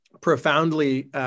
profoundly